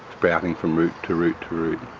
sprouting from root to root to root.